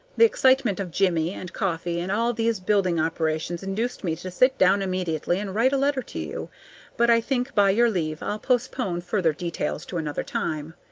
the excitement of jimmie and coffee and all these building operations induced me to sit down immediately and write a letter to you but i think, by your leave, i'll postpone further details to another time.